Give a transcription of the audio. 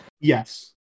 yes